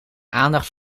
aandacht